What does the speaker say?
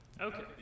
Okay